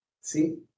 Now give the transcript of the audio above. see